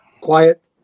Quiet